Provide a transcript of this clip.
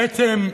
בעצם,